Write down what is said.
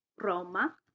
roma